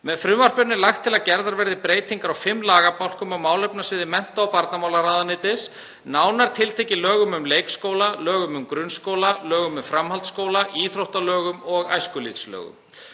Með frumvarpinu er lagt til að gerðar verði breytingar á fimm lagabálkum á málefnasviði mennta- og barnamálaráðuneytis, nánar tiltekið lögum um leikskóla, lögum um grunnskóla, lögum um framhaldsskóla, íþróttalögum, og æskulýðslögum.